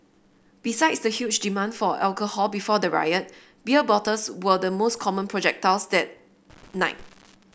besides the huge demand for alcohol before the riot beer bottles were the most common projectiles that night